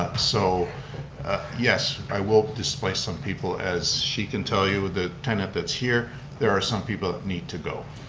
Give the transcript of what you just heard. ah so yes, i will displace some people as she can tell you, the tenant that's here there are some people that need to go.